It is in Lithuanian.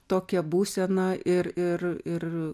tokią būseną ir ir ir